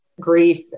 grief